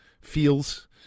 feels